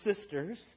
sisters